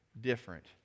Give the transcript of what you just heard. different